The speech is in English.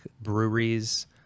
breweries